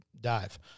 dive